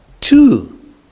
two